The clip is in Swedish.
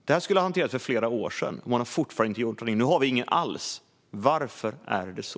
Den skulle ha hanterats för flera år sedan, och man har fortfarande inte gjort något. Nu har vi inget alls - varför är det så?